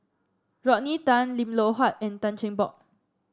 Rodney Tan Lim Loh Huat and Tan Cheng Bock